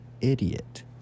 idiot